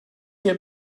hier